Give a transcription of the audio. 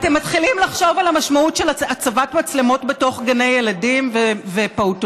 אתם מתחילים לחשוב על המשמעות של הצבת מצלמות בתוך גני ילדים ופעוטונים?